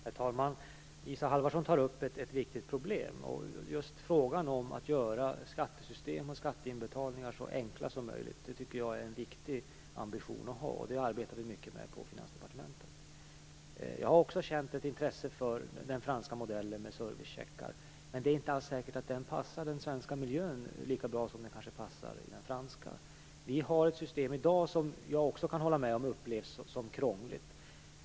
Herr talman! Isa Halvarsson tar upp ett viktigt problem. Det är en viktig ambition att göra skattesystem och skatteinbetalningar så enkla som möjligt. Vi arbetar mycket med den frågan på Finansdepartementet. Jag har också känt ett intresse för den franska modellen med servicecheckar. Men det är inte alls säkert att den passar den svenska miljön lika bra som den passar i den franska. Vi har ett system i dag som jag också kan hålla med om upplevs som krångligt.